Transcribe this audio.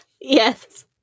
Yes